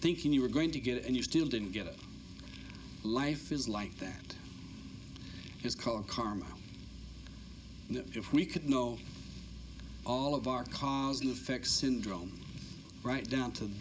thinking you were going to get it and you still didn't get it life is like that is called karma if we could know all of our cause and effect syndrome right down to th